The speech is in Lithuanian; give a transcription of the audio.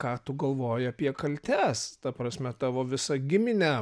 ką tu galvoji apie kaltes ta prasme tavo visą giminę